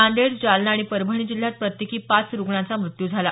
नांदेड जालना आणि परभणी जिल्ह्यात प्रत्येकी पाच रुग्णांचा मृत्यू झाला